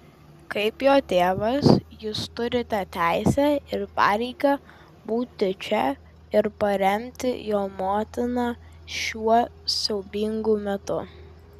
kaip jo tėvas jūs turite teisę ir pareigą būti čia ir paremti jo motiną šiuo siaubingu metu